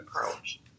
approach